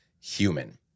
human